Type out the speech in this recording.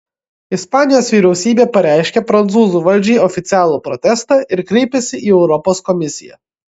ispanijos vyriausybė pareiškė prancūzų valdžiai oficialų protestą ir kreipėsi į europos komisiją